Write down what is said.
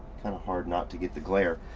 kind of hard not to get the glare.